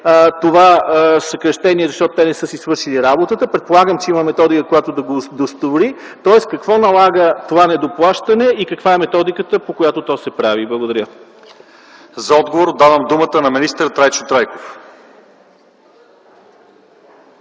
това е съкращение, защото те не са си свършили работата, предполагам, че има методика, която да го удостовери, тоест какво налага това недоплащане и каква е методиката, по която то се прави? Благодаря. ПРЕДСЕДАТЕЛ ЛЪЧЕЗАР ИВАНОВ: За отговор давам думата на министър Трайчо Трайков.